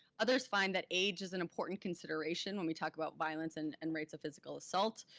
others find that age is an important consideration when we talk about violence and and rates of physical assault.